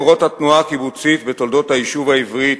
קורות התנועה הקיבוצית בתולדות היישוב העברי,